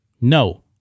no